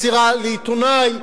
מסירה לעיתונאי,